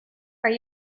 are